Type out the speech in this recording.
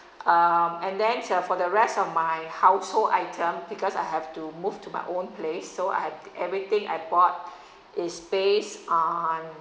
um and then uh for the rest of my household item because I have to move to my own place so I had everything I bought is based on